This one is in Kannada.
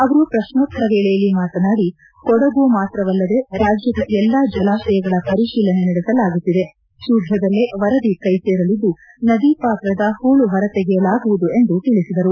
ಅವರು ಪ್ರಶ್ನೋತ್ತರ ವೇಳೆಯಲ್ಲಿ ಮಾತನಾಡಿ ಕೊಡಗು ಮಾತ್ರವಲ್ಲದೇ ರಾಜ್ಯದ ಎಲ್ಲಾ ಜಲಾಶಯಗಳ ಪರಿಶೀಲನೆ ನಡೆಸಲಾಗುತ್ತಿದೆ ಶೀಘ್ರದಲ್ಲೇ ವರದಿ ಕೈ ಸೇರಲಿದ್ದು ನದಿ ಪಾತ್ರದ ಹೂಳು ಹೊರತೆಗೆಯಲಾಗುವುದು ಎಂದು ತಿಳಿಬದರು